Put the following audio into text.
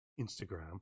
Instagram